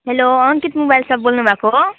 hello Ankit mobile shop बोल्नुएको हो